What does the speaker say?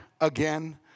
again